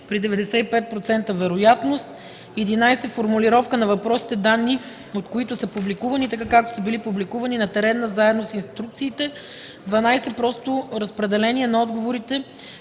при 95% вероятност; 11. формулировка на въпросите, данни от които са публикувани, така както са били публикувани на терена заедно с инструкциите; 12. просто разпределение на отговорите